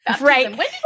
Right